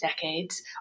decades